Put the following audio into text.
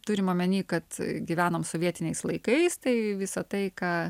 turim omeny kad gyvenom sovietiniais laikais tai visa tai ką